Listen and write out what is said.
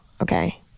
Okay